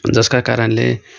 जसका कारणले